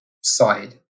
side